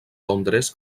londres